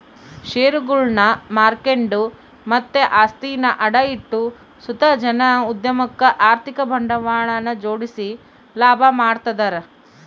ಷೇರುಗುಳ್ನ ಮಾರ್ಕೆಂಡು ಮತ್ತೆ ಆಸ್ತಿನ ಅಡ ಇಟ್ಟು ಸುತ ಜನ ಉದ್ಯಮುಕ್ಕ ಆರ್ಥಿಕ ಬಂಡವಾಳನ ಜೋಡಿಸಿ ಲಾಭ ಮಾಡ್ತದರ